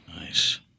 nice